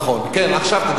כן, עכשיו, תדברי.